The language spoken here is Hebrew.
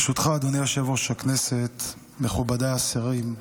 ברשותך, אדוני היושב-ראש, הכנסת, מכובדיי השרים,